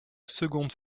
seconde